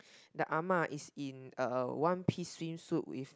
the Ah Ma is in a one piece swimsuit with